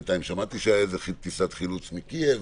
בינתיים שמעתי שהיתה טיסת חילוץ מקייב.